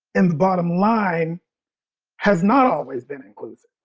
and the bottom line has not always been inclusive.